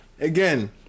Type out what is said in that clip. Again